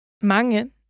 mange